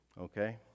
Okay